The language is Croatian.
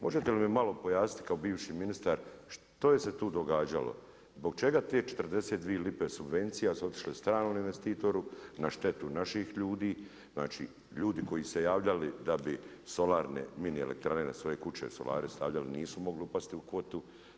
Možete li mi malo pojasniti kao bivši ministar što je se tu događalo, zbog čega te 42 lipe subvencija su otišle stranom investitoru na štetu naših ljudi, znači ljudi koji su se javljali da bi solarne mini elektrane na svoje kuće solare stavljali, nisu mogli upasti u kvotu?